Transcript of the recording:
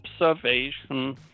observation